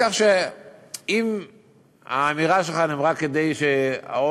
כך שאם האמירה שלך נאמרה כדי שהאוזן,